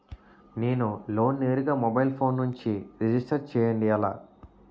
నేను లోన్ నేరుగా mobile phone నుంచి రిజిస్టర్ చేయండి ఎలా?